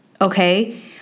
okay